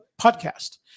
podcast